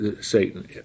Satan